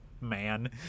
man